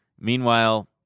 Meanwhile